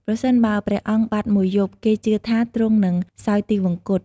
ប្រសិនបើព្រះអង្គបាត់មួយយប់ គេជឿថាទ្រង់នឹងសោយទិវង្គត។